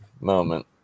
moment